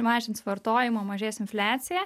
mažins vartojimą mažės infliacija